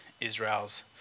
Israel's